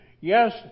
yes